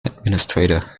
administrator